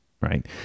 right